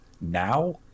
Now